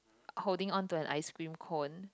holding on to the ice cream cone